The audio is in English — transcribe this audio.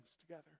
together